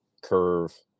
curve